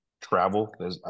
travel